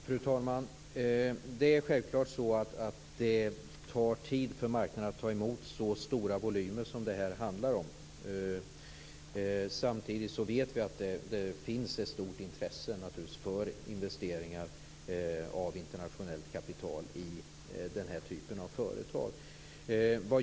Fru talman! Självfallet tar det tid för marknaden att ta emot så stora volymer som det här handlar om. Samtidigt vet vi att det finns ett stort intresse för investeringar av internationellt kapital i den här typen av företag.